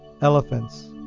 elephants